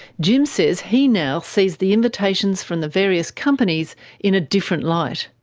jim says he now sees the invitations from the various companies in a different light.